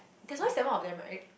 that's only seven of them right